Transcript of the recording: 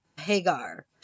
Hagar